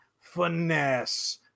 finesse